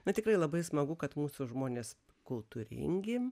bet tikrai labai smagu kad mūsų žmonės kultūringi